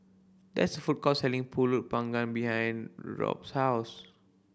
there is a food court selling Pulut Panggang behind Robt's house